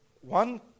One